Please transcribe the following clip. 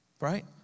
right